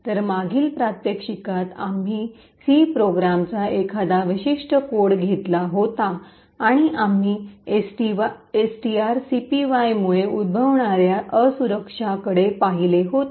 तर मागील प्रात्यक्षिकात आम्ही सी प्रोग्राम चा एखादा विशिष्ट कोड घेतला होता आणि आम्ही एसटीआरसीपीवाय मुळे उद्भवणार्या असुरक्षाकडे पाहिले होते